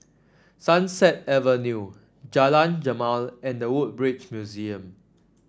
Sunset Avenue Jalan Jamal and The Woodbridge Museum